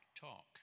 talk